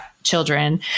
children